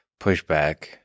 pushback